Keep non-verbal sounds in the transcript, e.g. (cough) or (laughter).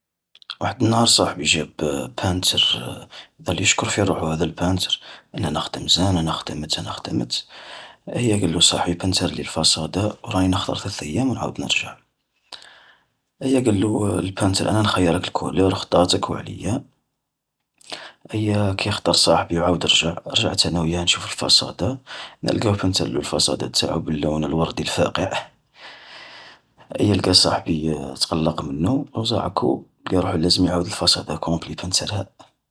وحد النهار صاحبي جاب (hesitation) بانتر (hesitation) يظل يشكر في روحو هذا البانتر، أنا أخدم زين أنا خدمت أنا خدمت، ايا قالو صاحبي بنترلي الفاصادة، راني نخطر ثلث أيام ونعاود نرجع. ايا قالو (hesitation) البانتر أنا نخيرك الكولور خطاتك وعليا. ايا كي خطر صاحبي وعاود رجع، رجعت انا وياه نشوفو فالفاصادة، نلقاوه بنترلو الفاصادة تاعو باللون الوردي الفاقع، ايا لقا صاحبي (hesitation) تقلق منو و زعكو و لقا روجو لازم يعاود الفاصادا كومبلي يبنترها.